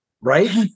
right